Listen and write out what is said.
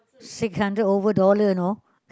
six hundred over dollar you know